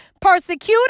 persecuted